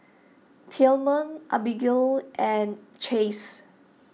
Tillman Abigale and Chace